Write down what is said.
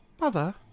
Mother